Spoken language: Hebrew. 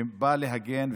שבא להגן,